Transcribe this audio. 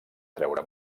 treure